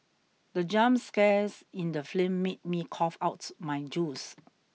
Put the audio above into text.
the jump scares in the film made me cough out my juice